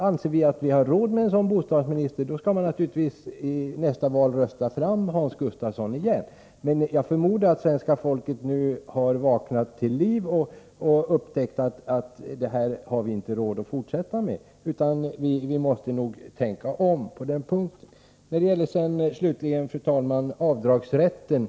Anser man att vi har råd med en sådan bostadsminister, skall man naturligtvis i nästa val rösta fram Hans Gustafsson igen, men jag förmodar att svenska folket nu har vaknat till liv och upptäckt att det här har vi inte råd att fortsätta med utan måste tänka om på den punkten. Slutligen beträffande avdragsrätten.